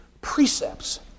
precepts